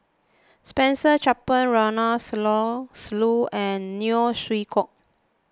Spencer Chapman Ronald Susilo and Neo Chwee Kok